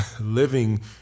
living